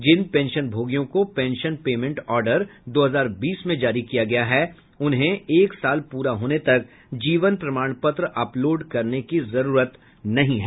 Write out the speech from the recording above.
जिन पेंशनभोगियों को pension payment order दो हजार बीस में जारी किया गया है उन्हें एक साल पूरा होने तक जीवन प्रमाणपत्र अपलोड करने की जरूरत नहीं है